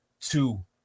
two